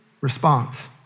response